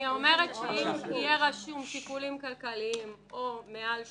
אם יהיה רשום שיקולים כלכליים או מעל שעה,